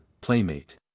playmate